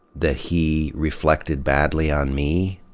that he reflected badly on me?